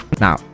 now